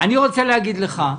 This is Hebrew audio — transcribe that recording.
אני רוצה להגיד לך,